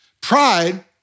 Pride